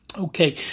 Okay